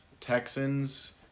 Texans